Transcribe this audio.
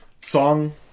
song